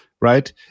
right